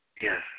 Yes